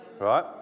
right